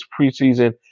preseason